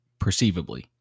perceivably